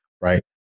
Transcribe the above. right